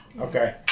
Okay